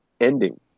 ending